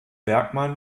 bergmann